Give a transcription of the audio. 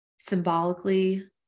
symbolically